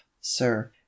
sir